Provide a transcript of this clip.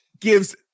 gives